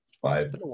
five